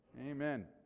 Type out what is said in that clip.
Amen